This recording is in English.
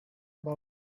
about